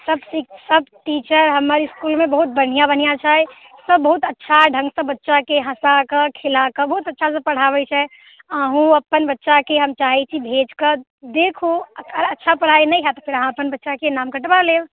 सब शि सब टीचर हमर इसकुलमे बहुत बढ़िऑं बढ़िऑं छै सब बहुत अच्छा ढंग सँ बच्चा के हँसा कऽ खेला कऽ बहुत अच्छा सँ पढ़ाबै छै अहूँ अपन बच्चा के हम चाहे छी भेज कऽ देखू अगर अच्छा पढ़ाइ नहि हैत तऽ फेर अहाँ अपन बच्चा के नाम कटबा लेब